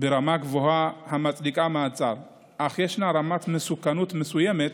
ברמה גבוהה המצדיקה מעצר אך ישנה רמת מסוכנות מסוימת